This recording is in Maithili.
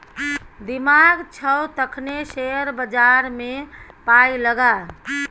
दिमाग छौ तखने शेयर बजारमे पाय लगा